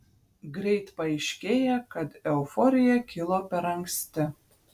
greit paaiškėja kad euforija kilo per anksti